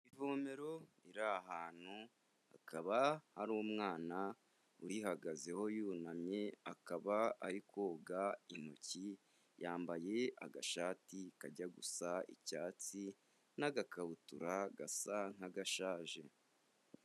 Ivomero riri ahantu hakaba hari umwana urihagazeho yunamye, akaba ari koga intoki, yambaye agashati kajya gusa icyatsi n'agakabutura gasa nk'agashaje.